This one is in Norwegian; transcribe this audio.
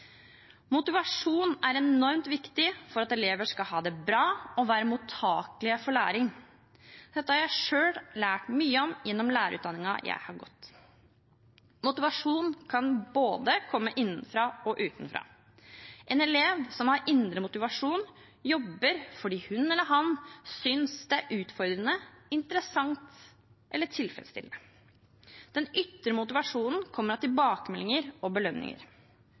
Motivasjon er enormt viktig for at elever skal ha det bra og være mottakelige for læring. Dette har jeg selv lært mye om gjennom lærerutdanningen jeg har tatt. Motivasjon kan komme både innenfra og utenfra. En elev som har indre motivasjon, jobber fordi hun eller han synes det er utfordrende, interessant eller tilfredsstillende. Den ytre motivasjonen kommer av tilbakemeldinger og belønninger.